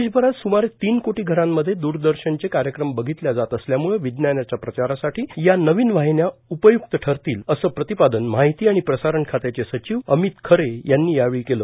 देशभरात स्मारे तीन कोटी घरांमध्ये द्रदर्शनचे कार्यक्रम बधितल्या जात असल्यामुळं विज्ञानाच्या प्रसारासाठी या नवीन वाहिन्या उपय्क्त ठरतील असं प्रतिपादन माहिती आणि प्रसारण खात्याचे सचिव अमीत खरे यांनी यावेळी केलं